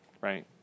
right